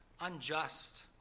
unjust